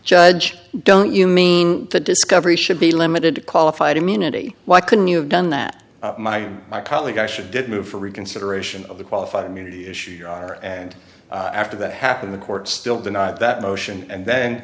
judge don't you mean the discovery should be limited to qualified immunity why couldn't you have done that my my colleague i should did move for reconsideration of the qualified immunity issue are and after that happened the court still denied that motion and then